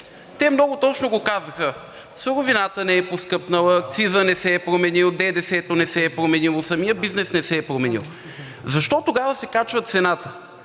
Те много точно го казаха – суровината не е поскъпнала, акцизът не се е променил, ДДС не се е променило, самият бизнес не се е променил. Защо тогава се качва цената?